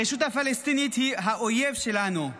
הרשות הפלסטינית היא האויב שלנו,